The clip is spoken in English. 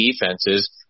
defenses